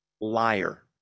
liar